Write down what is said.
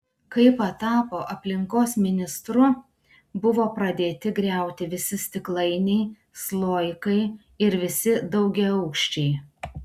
kai patapo aplinkos ministru buvo pradėti griauti visi stiklainiai sloikai ir visi daugiaaukščiai